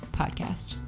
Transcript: podcast